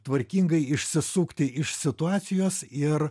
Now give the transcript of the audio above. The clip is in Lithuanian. tvarkingai išsisukti iš situacijos ir